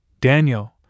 Daniel